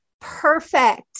Perfect